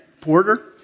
Porter